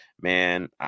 Man